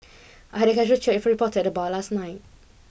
I had a casual chat with a reporter at the bar last night